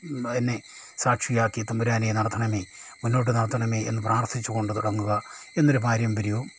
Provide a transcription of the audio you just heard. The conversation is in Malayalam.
എന്നെ സാക്ഷിയാക്കി തമ്പുരാനെ നടത്തണമേ മുന്നോട്ട് നടത്തണമേ എന്ന് പ്രാർത്ഥിച്ചു കൊണ്ട് തുടങ്ങുക എന്ന ഒരു പാരമ്പര്യവും